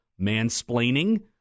mansplaining